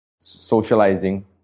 socializing